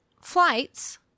Flights